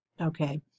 Okay